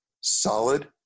solid